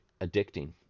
addicting